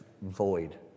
void